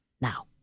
now